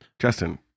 Justin